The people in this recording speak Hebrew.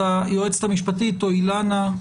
אז היועצת המשפטית או אילנה,